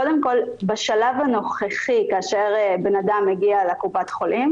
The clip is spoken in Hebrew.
קודם כל בשלב הנוכחי כאשר בן אדם מגיע לקופת חולים